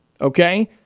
okay